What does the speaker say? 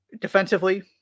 defensively